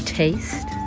taste